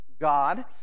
God